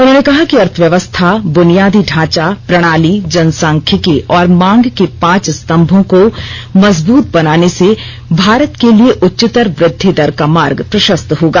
उन्होंने कहा कि अर्थव्य्वस्था बुनियादी ढांचा प्रणाली जन सांख्यिकी और मांग के पांच स्तम्भो को मजबत बनाने से भारत के लिए उच्च्तर वक्षि दर का मार्ग प्रशस्त होगा